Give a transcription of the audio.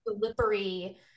slippery